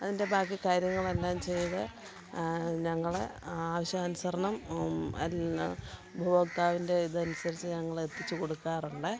അതിൻ്റെ ബാക്കി കാര്യങ്ങളെല്ലാം ചെയ്ത് ഞങ്ങള് ആവശ്യാനുസരണം അതിൽനിന്ന് ഉപഭോക്താവിൻ്റെ ഇതനുസരിച്ച് ഞങ്ങള് എത്തിച്ചു കൊടുക്കാറുണ്ട്